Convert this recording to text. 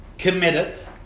committed